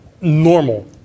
normal